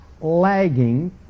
lagging